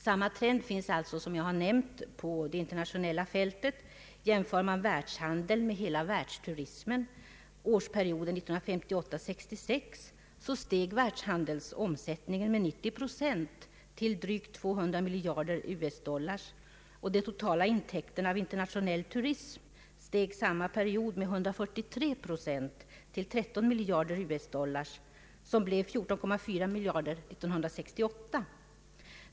Vad beträffar det internationella fältet kan man jämföra världshandeln med hela världsturismen under perioden 1958—1966 och finna att världshandelns omsättning steg med 90 procent till drygt 200 miljarder US-dollar och de totala intäkterna av internationell turism med 143 procent till 13 miljarder US-dollar, som blev 14,4 miljarder 1968.